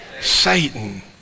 Satan